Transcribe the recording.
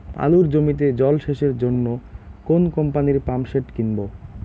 আলুর জমিতে জল সেচের জন্য কোন কোম্পানির পাম্পসেট কিনব?